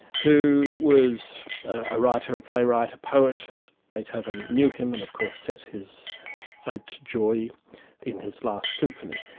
who was a writer, a playwright, a poet, as beethoven knew him, and of course set his ode to joy in his last symphony.